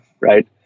right